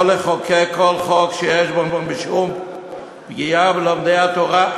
לחוקק כל חוק שיש בו משום פגיעה בלומדי התורה,